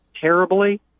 terribly